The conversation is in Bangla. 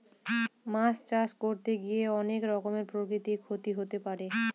মাছ চাষ করতে গিয়ে অনেক রকমের প্রাকৃতিক ক্ষতি হতে পারে